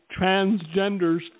transgenders